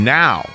now